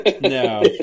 No